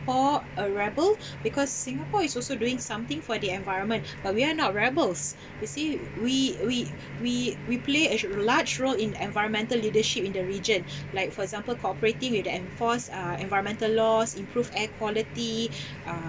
for a rebel because singapore is also doing something for the environment but we are not rebels you see we we we we play a large role in environmental leadership in the region like for example cooperating with the enforced uh environmental laws improve air quality